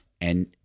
And-